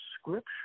scripture